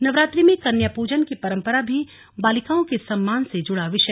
नवरात्रि में कन्या पूजन की परम्परा भी बालिकाओं के सम्मान से जुडा विषय है